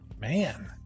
man